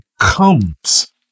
comes